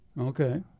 Okay